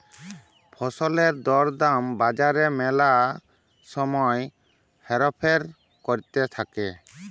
ফসলের দর দাম বাজারে ম্যালা সময় হেরফের ক্যরতে থাক্যে